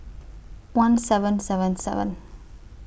one seven seven seven